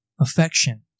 affection